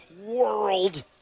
world